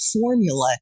formula